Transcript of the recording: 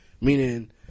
Meaning